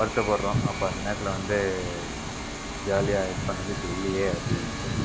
வருத்தப்படுகிறோம் அப்போ அந்த நேரத்தில் வந்து ஜாலியாக இது பண்ணது இப்போ இல்லையே அப்படின்ட்டு